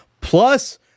Plus